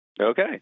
Okay